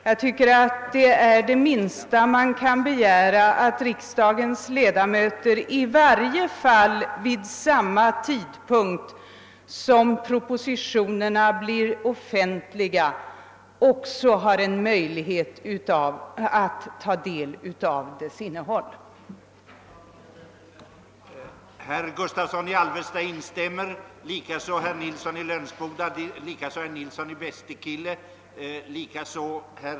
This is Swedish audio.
Jag tycker att det minsta man kan begära är att riksdagens ledamöter i varje fall vid samma tidpunkt som en proposition blir offentlig också får möjlighet att ta del av dess innehåll.